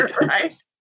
Right